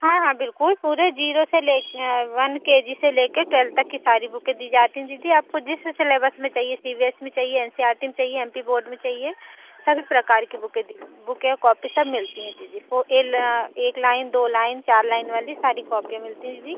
हाँ हाँ बिल्कुल पूरे जीरो से ले वन के जी से लेकर ट्वेल्थ तक की सारी बुके दी जाती हैं दीदी आपको जिस सिलेबस में चाहिए सी बी एस में चाहिए एन सी आर टी में चाहिए एम पी बोर्ड में चाहिए सभी प्रकार की बुकें बुक या कॉपी सब मिलती हैं दीदी वो एल एक लाइन दो लाइन चार लाइन वाली सारी कॉपियाँ मिलती हैं दीदी